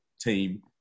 team